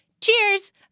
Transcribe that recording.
Cheers